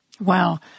Wow